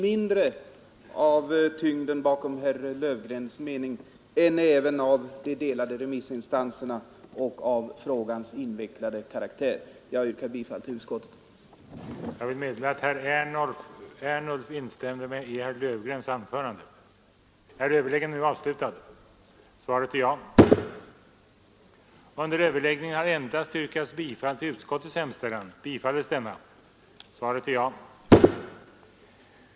Utskottets förslag om en översyn har tillkommit ej mindre av tyngden bakom herr Löfgrens mening än även av de delade nstanserna och av frågans invecklade karaktär Jag yrkar bifall till utskottets hemställan.